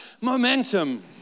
momentum